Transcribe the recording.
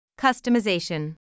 customization